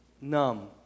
numb